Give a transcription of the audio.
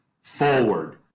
forward